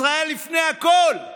ישראל לפני הכול.